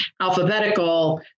alphabetical